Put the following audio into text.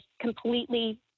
completely